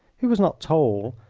he was not tall,